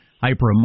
hyper